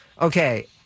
Okay